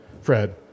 Fred